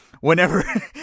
whenever